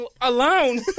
alone